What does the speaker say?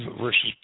versus